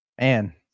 man